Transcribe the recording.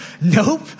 Nope